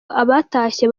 abatashye